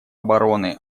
обороны